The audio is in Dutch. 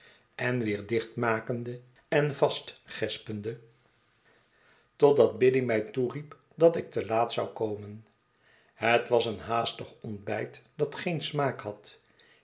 en weder dichtmakende en vastgespende totdat biddy mij toeriep dat ik te laat zou komen het was een haastig ontbijt dat geen smaak had